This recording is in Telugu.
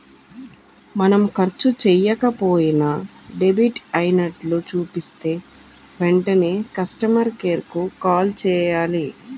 మనం ఖర్చు చెయ్యకపోయినా డెబిట్ అయినట్లు చూపిస్తే వెంటనే కస్టమర్ కేర్ కు కాల్ చేయాలి